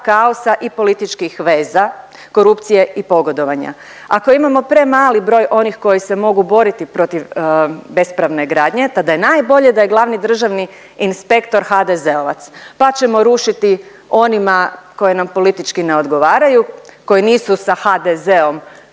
kaosa i političkih veza, korupcije i pogodovanja. Ako imamo premali broj onih koji su mogu boriti protiv bespravne gradnje, tada je najbolje da je glavni državni inspektor HDZ-ovac pa ćemo rušiti onima koji nam politički ne odgovaraju, koji nisu sa HDZ-om